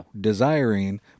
desiring